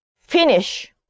finish